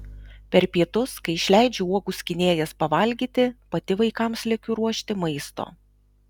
per pietus kai išleidžiu uogų skynėjas pavalgyti pati vaikams lekiu ruošti maisto